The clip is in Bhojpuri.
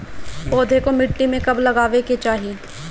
पौधे को मिट्टी में कब लगावे के चाही?